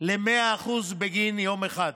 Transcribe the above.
ל-100% בגין יום אחד.